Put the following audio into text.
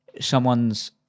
someone's